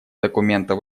документа